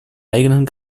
eigenen